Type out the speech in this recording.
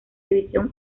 división